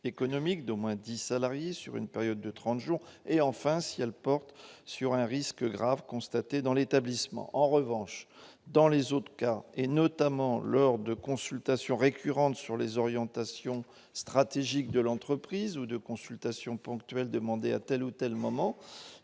économique d'au moins 10 salariés sur une période de 30 jours et enfin si elle porte sur un risque grave constatée dans l'établissement en revanche dans les autres cas, et notamment lors de consultations récurrente sur les orientations stratégiques de l'entreprise ou de consultation ponctuelles demander à telle ou telle moment